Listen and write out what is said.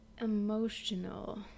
Emotional